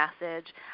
message